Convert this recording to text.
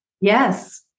Yes